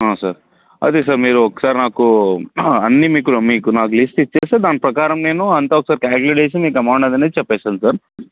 ఆ సార్ అదే సార్ మీరు ఒకసారి నాకు అన్నీ మీకు మీరు నాకు లిస్ట్ ఇస్తే దాని ప్రకారం నేను అంతా ఒకసారి కాలుక్లేట్ చేసి మీకు అమౌంట్ అనేది చెస్తాను సార్